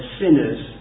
sinners